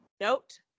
Note